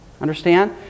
Understand